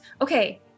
okay